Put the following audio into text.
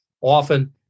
Often